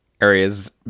areas